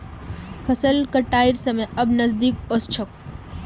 फसल कटाइर समय अब नजदीक ओस छोक